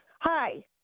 Hi